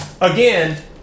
Again